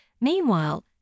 Meanwhile